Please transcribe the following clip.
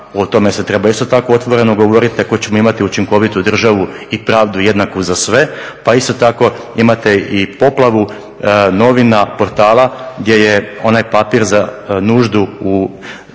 o tome se treba isto tako otvoreno govoriti ako ćemo imati učinkovitu državu i pravdu jednaku za sve. Pa isto tako imate i poplavu novina, portala, gdje je onaj papir za nuždu u